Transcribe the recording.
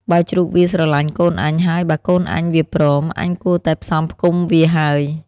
បើជ្រូកវាស្រឡាញ់កូនអញ ហើយបើកូនអញវាព្រម អញគួរតែផ្សំផ្គុំវាហើយ។